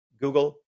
Google